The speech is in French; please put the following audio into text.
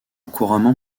couramment